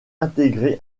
intégrés